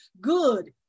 good